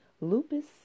Lupus